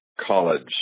college